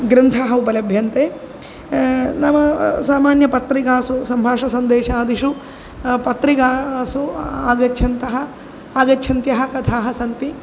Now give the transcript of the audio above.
ग्रन्थाः उपलभ्यन्ते नाम सामान्यपत्रिकासु सम्भाषणसन्देशादिषु पत्रिकासु आगच्छन्तः आगच्छन्त्यः कथाः सन्ति